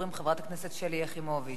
חברת הכנסת שלי יחימוביץ.